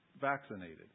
vaccinated